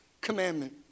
commandment